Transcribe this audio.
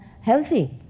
healthy